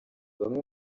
bamwe